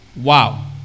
Wow